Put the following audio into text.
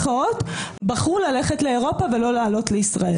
בחרו ללכת לאירופה ולא לעלות לישראל.